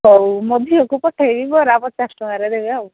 ହଉ ମୋ ଝିଅକୁ ପଠେଇବି ବରା ପଚାଶ ଟଙ୍କାର ଦେବେ ଆଉ